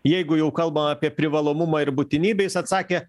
jeigu jau kalba apie privalomumą ir būtinybę jis atsakė